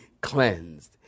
cleansed